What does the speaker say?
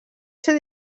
ser